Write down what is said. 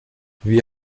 wie